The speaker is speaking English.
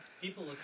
People